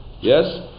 Yes